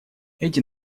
эти